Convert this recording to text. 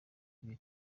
ibiri